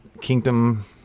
kingdom